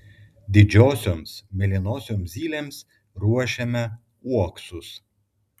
didžiosioms mėlynosioms zylėms ruošiame uoksus